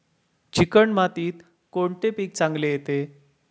Chicken मातीत कोणते पीक चांगले येते?